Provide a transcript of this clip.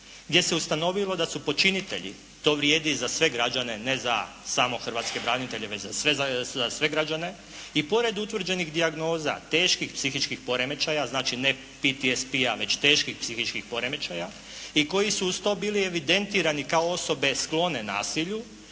gdje se ustanovilo da su počinitelji, a to vrijedi za sve građane, ne za samo hrvatske branitelje već za sve građane i pored utvrđenih dijagnoza teških psihičkih poremećaja, znači ne PTSP-a već teških psihičkih poremećaja i koji su uz to bili evidentirani kao osobe sklone nasilju